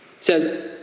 says